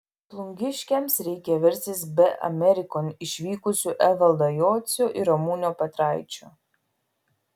plungiškiams reikia verstis be amerikon išvykusių evaldo jocio ir ramūno petraičio